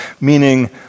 meaning